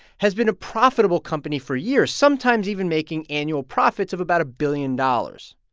has been a profitable company for years, sometimes even making annual profits of about a billion dollars.